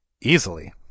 Easily